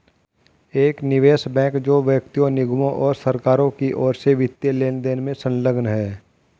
एक निवेश बैंक जो व्यक्तियों निगमों और सरकारों की ओर से वित्तीय लेनदेन में संलग्न है